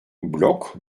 blok